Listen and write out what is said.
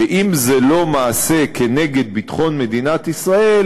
שאם זה לא מעשה כנגד ביטחון מדינת ישראל